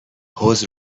حوض